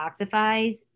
detoxifies